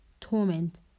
torment